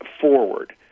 forward